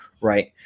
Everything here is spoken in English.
Right